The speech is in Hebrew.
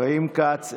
חיים כץ,